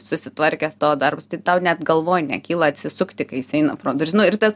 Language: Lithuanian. susitvarkęs tavo darbus tai tau net galvoj nekyla atsisukti kai jis eina pro duris nu ir tas